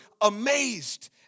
amazed